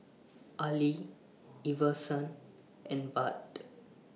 Ali Iverson and Bart